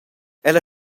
ella